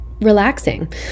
relaxing